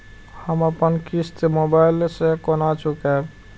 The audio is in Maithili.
हम अपन किस्त मोबाइल से केना चूकेब?